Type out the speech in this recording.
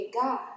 God